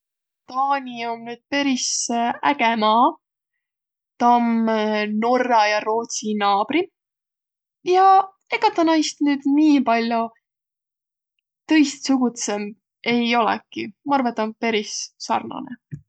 Taani on nüüd peris äge maa, ta om Norra ja Rootsi naabri ja egä tä näist nüüd nii pall'o tõist sugudsemb ei olekiq, ma arva ta om peris sarnane.